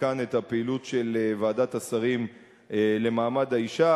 כאן את הפעילות של ועדת השרים למעמד האשה,